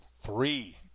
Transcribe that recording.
three